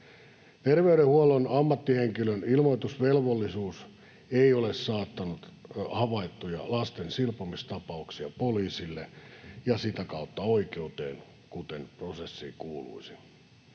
Terveydenhuollon ammattihenkilön ilmoitusvelvollisuus ei ole saattanut havaittuja lasten silpomistapauksia poliisille ja sitä kautta oikeuteen, kuten prosessiin kuuluisi.